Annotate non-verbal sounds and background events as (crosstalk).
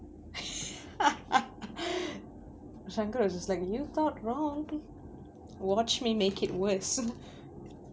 (laughs) shankar was just like you thought wrong watch me make it worse (laughs)